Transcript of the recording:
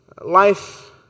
Life